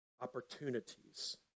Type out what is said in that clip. opportunities